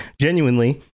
genuinely